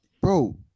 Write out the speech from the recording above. Bro